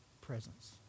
presence